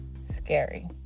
scary